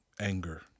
anger